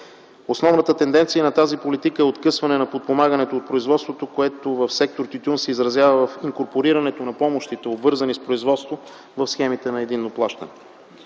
Основната тенденция на тази политика е откъсване на подпомагането от производството, което в сектор тютюн се изразява в инкорпорирането на помощите, обвързани с производство, в схемите на единно плащане.